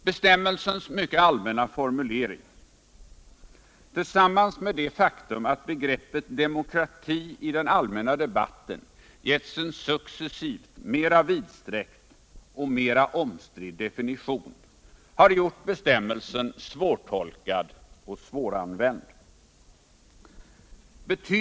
Bestämmelsens mycket allmänna formulering jämte det faktum att begreppet demokrati iden allmänna debatten givits en successivt mer vidsträckt och mer omstridd definition har gjort bestämmelsen svårtolkad och svåranvänd.